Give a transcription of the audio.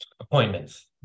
appointments